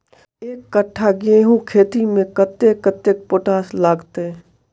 एक कट्ठा गेंहूँ खेती मे कतेक कतेक पोटाश लागतै?